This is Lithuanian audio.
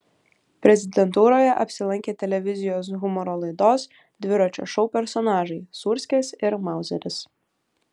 prezidentūroje apsilankė televizijos humoro laidos dviračio šou personažai sūrskis ir mauzeris